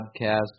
podcast